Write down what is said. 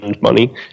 money